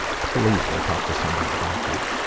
please go talk to somebody about that.